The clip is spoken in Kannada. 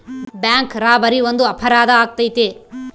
ಬ್ಯಾಂಕ್ ರಾಬರಿ ಒಂದು ಅಪರಾಧ ಆಗೈತೆ